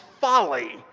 folly